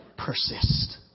Persist